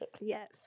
Yes